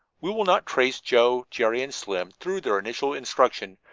we will not trace joe, jerry and slim through their initial instruction,